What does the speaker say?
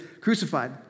crucified